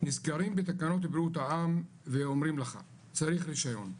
נזכרים בתקנות בריאות העם ואומרים לך צריך רישיון,